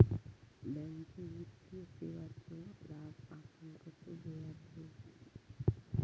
Banking वित्तीय सेवाचो लाभ आपण कसो घेयाचो?